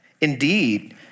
Indeed